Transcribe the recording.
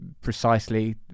precisely